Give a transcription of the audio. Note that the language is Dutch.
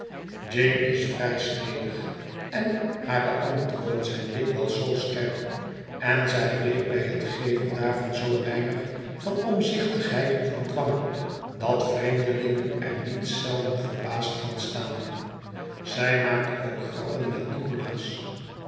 jane is vrij snedig en hare antwoorden zijn dikwijls zoo scherp en zij weet bij het geven daarvan zoo weinig van omzichtigheid of bedwang dat vreemdelingen er niet zelden verr baasd van staan zij maakt ook grappen met